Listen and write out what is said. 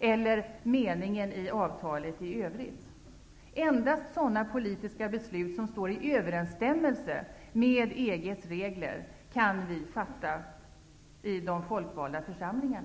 eller meningen i avtalet i övrigt. Endast sådana politiska beslut som står i överensstämmelse med EG:s regler kan fattas i de folkvalda församlingarna.